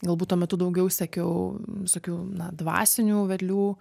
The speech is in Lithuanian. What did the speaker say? galbūt tuo metu daugiau sekiau visokių na dvasinių vedlių